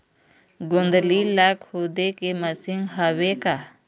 गोंदली ला खोदे के मशीन हावे का?